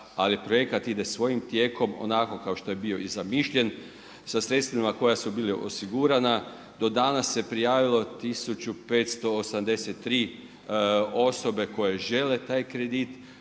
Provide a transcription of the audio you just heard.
ali projekat ide svojim tijekom onako kao što je bio i zamišljen sa sredstvima koja su bila osigurana. Do danas se prijavilo 1583 osobe koje žele taj kredit,